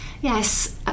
Yes